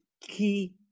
key